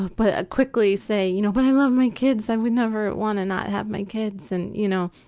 but quickly say, you know but i love my kids, i would never want to not have my kids and, you know,